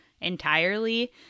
entirely